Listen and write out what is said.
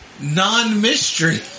non-mystery